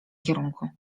kierunku